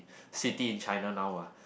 city in China now ah